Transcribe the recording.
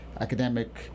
academic